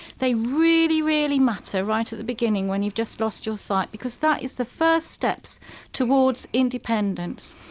they really, really matter right at the beginning when you've just lost your sight because that is the first steps towards independence.